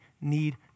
need